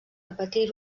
repetir